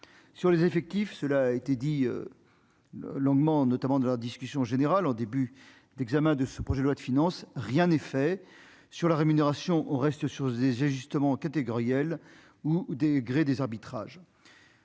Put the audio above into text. sur les effectifs, cela a été dit longuement, notamment de la discussion générale en début d'examen de ce projet de loi de finances, rien n'est fait sur la rémunération, on reste sur des ajustements catégorielles ou des gré des arbitrages,